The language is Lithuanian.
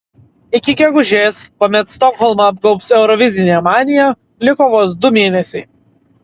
iki gegužės kuomet stokholmą apgaubs eurovizinė manija liko vos du mėnesiai